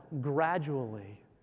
gradually